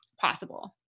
possible